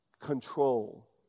control